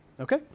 okay